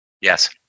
Yes